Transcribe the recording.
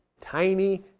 tiny